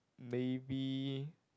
maybe